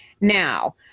now